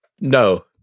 No